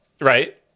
Right